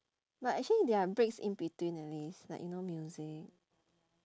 but actually there are breaks in between the list like you know music